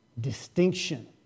distinction